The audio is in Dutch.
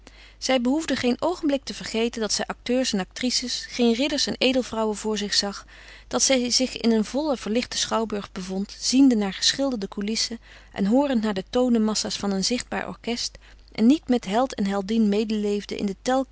zij behoefde geen oogenblik te vergeten dat zij acteurs en actrices geen ridders en edelvrouwen voor zich zag dat zij zich in een vollen verlichten schouwburg bevond ziende naar geschilderde coulissen en hoorend naar de tonenmassa's van een zichtbaar orkest en niet met held en heldin medeleefde in de